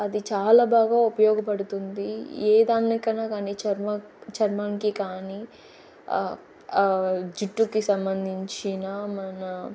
అది చాలా బాగా ఉపయోగపడుతుంది ఏ దానికన్నా కానీ చర్మానికి కానీ జుట్టుకి సంబంధించిన మన